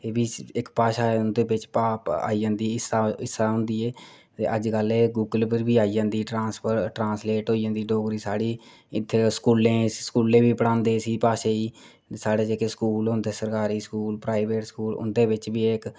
एह्बी इक भाशा ऐ उंदे बिच आई जंदी हिस्सा होंदी ऐ ते अज्जकल एह् गुगल पर बी आई जंदी ट्रांसलेट होई जंदी डोगरी साढ़ी इत्थें स्कूलें बी पढ़ांदे भाशा गी ते साढ़े जेह्के इत्थें स्कूल होंदे सरकारी स्कूल प्राईवेट स्कूल उंदे बिच बी एह् इक्क